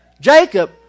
Jacob